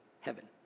heaven